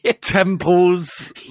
temples